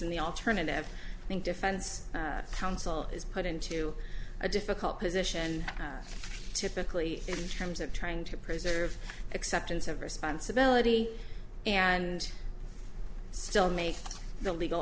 in the alternative and defense counsel is put into a difficult position typically in terms of trying to preserve acceptance of responsibility and still make the legal